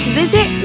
visit